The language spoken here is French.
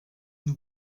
nous